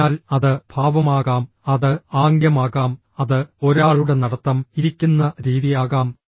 അതിനാൽ അത് ഭാവമാകാം അത് ആംഗ്യമാകാം അത് ഒരാളുടെ നടത്തം ഇരിക്കുന്ന രീതി ആകാം